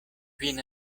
vin